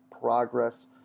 progress